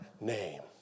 name